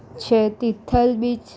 છે તિથલ બીચ